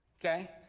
Okay